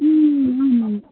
ம் ம் ம் ம் ம்